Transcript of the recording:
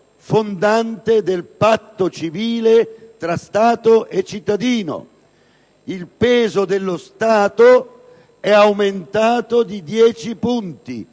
fondante del patto civile tra Stato e cittadino. Il peso dello Stato è aumentato di 10 punti;